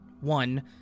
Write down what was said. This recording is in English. one